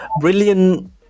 brilliant